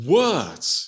words